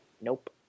nope